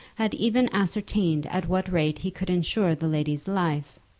had even ascertained at what rate he could insure the lady's life,